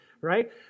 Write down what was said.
right